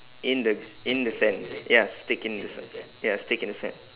in the in the sand ya stick in the s~ ya stick in the sand